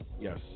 Yes